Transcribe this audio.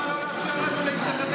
למה לא לאפשר לנו להתחתן?